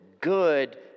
good